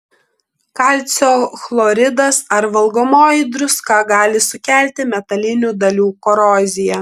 kalcio chloridas ar valgomoji druska gali sukelti metalinių dalių koroziją